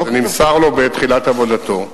זה נמסר לו בעת תחילת עבודתו.